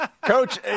Coach